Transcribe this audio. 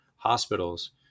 hospitals